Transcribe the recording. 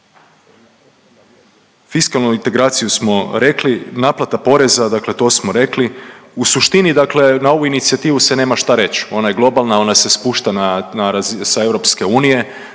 Fiskalnu integraciju smo rekli, naplata poreza dakle to smo rekli, u suštini dakle, na ovu inicijativu se nema šta reći, ona je globalna, ona se spušta na